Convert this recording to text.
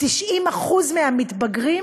90% מהמתבגרים